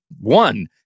one